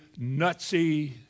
nutsy